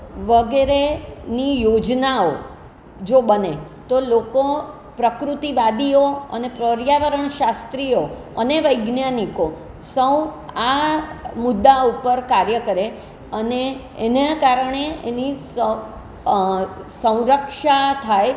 વગેરેની યોજનાઓ જો બને તો લોકો પ્રકૃતિવાદીઓ અને પર્યાવરણ શાસ્ત્રીઓ અને વૈજ્ઞાનિકો સૌ આ મુદ્દા ઉપર કાર્ય કરે અને એના કારણે એની સં સંરક્ષા થાય